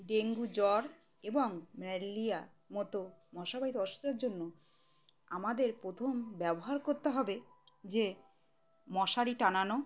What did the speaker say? dengue জ্বর এবং malaria মতো মশাবাহিত অসুখের জন্য আমাদের প্রথম ব্যবহার করতে হবে যে মশারি টাঙানো